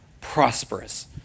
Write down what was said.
prosperous